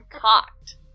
Cocked